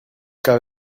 got